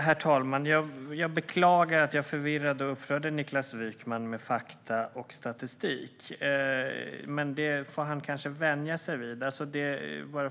Herr talman! Jag beklagar att jag förvirrade och upprörde Niklas Wykman med fakta och statistik, men han får kanske vänja sig vid att det blir så.